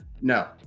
No